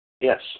Yes